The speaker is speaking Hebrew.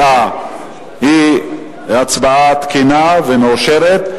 79 היא הצבעה תקינה ומאושרת.